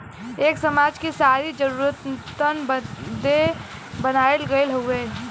एक समाज कि सारी जरूरतन बदे बनाइल गइल हउवे